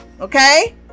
okay